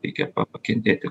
reikia pa pakentėti